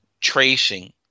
tracing